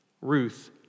Ruth